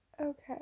Okay